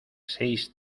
seis